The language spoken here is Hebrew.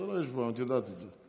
זה לא יהיה שבועיים, את יודעת את זה.